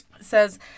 says